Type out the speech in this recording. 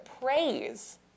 praise